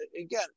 again